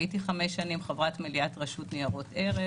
הייתי חמש שנים חברת מליאת הרשות לניירות ערך.